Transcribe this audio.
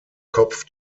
kopf